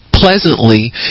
pleasantly